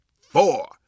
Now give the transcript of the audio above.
four